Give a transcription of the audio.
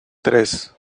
tres